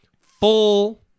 full